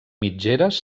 mitgeres